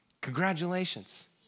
congratulations